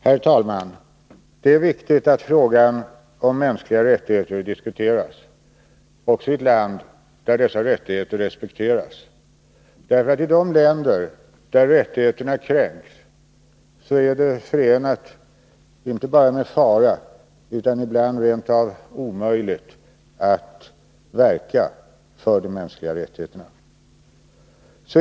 Herr talman! Det är viktigt att frågan om mänskliga rättigheter diskuteras också i ett land där dessa rättigheter respekteras, eftersom det i de länder där rättigheterna kränks är inte bara förenat med fara utan ibland rent av omöjligt att verka för de mänskliga rättigheterna.